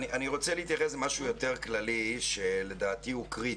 אני רוצה להתייחס למשהו יותר כללי שלדעתי הוא קריטי.